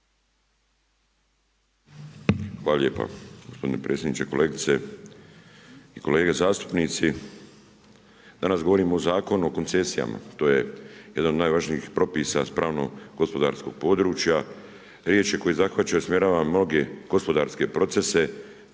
Hvala lijepa gospodine predsjedniče. Kolegice i kolege zastupnici. Danas govorimo o Zakonu o koncesijama, to je jedan od najvažnijih propisa sa pravno-gospodarskog područja. Riječ je koje zahvaća i usmjerava mnoge gospodarske vrijednosti